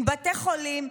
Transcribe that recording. עם בתי חולים,